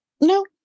No